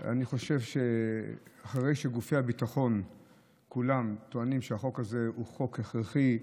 אני חושב שאחרי שגופי הביטחון כולם טוענים שהחוק הזה הוא חוק הכרחי,